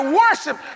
worship